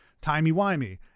timey-wimey